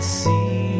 see